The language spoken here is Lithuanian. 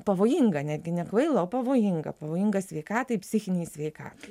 pavojinga netgi ne kvaila pavojinga pavojinga sveikatai psichinei sveikatai